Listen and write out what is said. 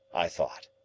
i thought,